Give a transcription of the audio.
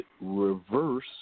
reverse